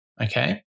okay